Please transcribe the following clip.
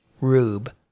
rube